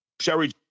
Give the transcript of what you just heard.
Sherry